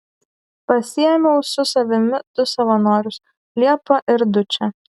pasiėmiau su savimi du savanorius liepą ir dučę